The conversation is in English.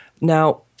Now